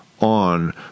on